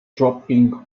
dropping